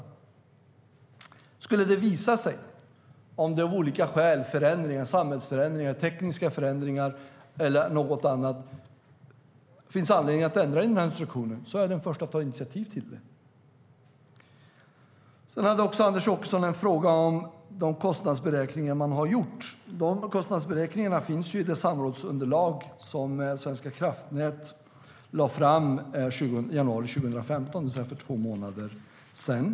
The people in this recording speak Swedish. Om det skulle visa sig att det av olika skäl - samhällsförändringar, tekniska förändringar eller något annat - finns anledning att ändra instruktionen är jag den första att ta initiativ till det. Anders Åkesson hade också en fråga om de kostnadsberäkningar som har gjorts. De finns i det samrådsunderlag som Svenska kraftnät lade fram i januari 2015, det vill säga för två månader sedan.